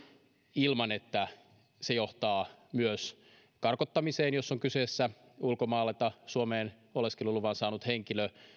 ilman että se johtaa myös karkottamiseen jos on kyseessä ulkomailta suomeen tullut oleskeluluvan saanut henkilö